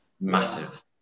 Massive